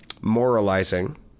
moralizing